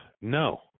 no